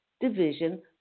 division